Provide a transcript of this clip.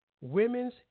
Women's